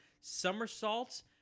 somersaults